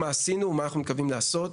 מה עשינו ומה אנחנו מתכוונים לעשות.